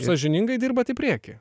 sąžiningai dirbat į priekį